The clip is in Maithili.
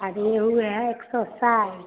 आ रेहु हए एक सए साठि